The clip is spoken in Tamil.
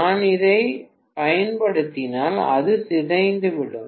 நான் இதைப் பயன்படுத்தினால் அது சிதைந்துவிடும்